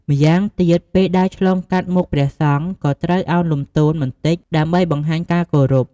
ម្យ៉ាងទៀត ពេលដើរឆ្លងកាត់មុខព្រះសង្ឃ ក៏ត្រូវឱនលំទោនបន្តិច ដើម្បីបង្ហាញការគោរព។